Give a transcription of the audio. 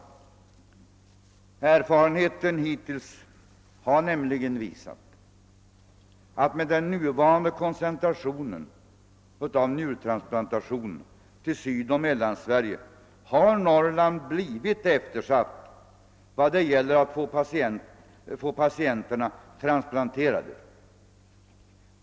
Den hittillsvarande erfarenheten har nämligen visat att den nuvarande koncentrationen av njurtransplantationsverksamheten = till de norrländska patienternas behov av Sydoch Mellansverige har medfört att sådana transplantationer blivit eftersatt.